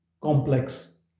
complex